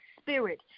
spirit